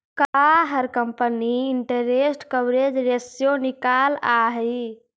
का हर company interest coverage ratio निकालअ हई